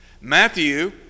Matthew